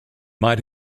might